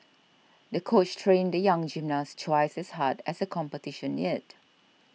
the coach trained the young gymnast twice as hard as the competition neared